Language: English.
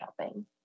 shopping